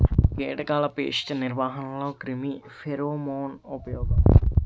కీటకాల పేస్ట్ నిర్వహణలో క్రిమి ఫెరోమోన్ ఉపయోగం